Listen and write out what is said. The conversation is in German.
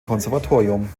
konservatorium